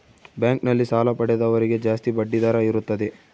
bank ನಲ್ಲಿ ಸಾಲ ಪಡೆದವರಿಗೆ ಜಾಸ್ತಿ ಬಡ್ಡಿ ದರ ಇರುತ್ತದೆ